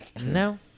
No